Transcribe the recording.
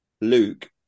Luke